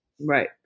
Right